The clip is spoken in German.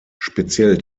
speziell